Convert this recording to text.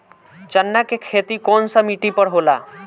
चन्ना के खेती कौन सा मिट्टी पर होला?